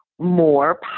more